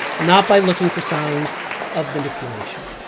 not by looking for signs of manipulation.